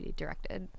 directed